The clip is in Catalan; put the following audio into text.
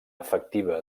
efectiva